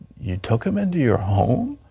you took him into your home,